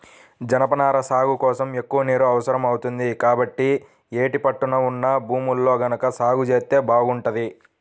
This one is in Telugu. జనపనార సాగు కోసం ఎక్కువ నీరు అవసరం అవుతుంది, కాబట్టి యేటి పట్టున ఉన్న భూముల్లో గనక సాగు జేత్తే బాగుంటది